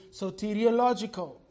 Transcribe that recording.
soteriological